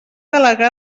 delegar